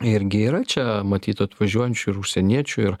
irgi yra čia matyt atvažiuojančių ir užsieniečių ir